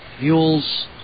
Mules